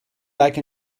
like